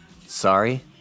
sorry